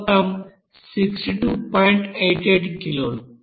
88 కిలోలు